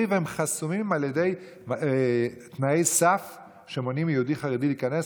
והם חסומים על ידי תנאי סף שמונעים מיהודי חרדי להיכנס.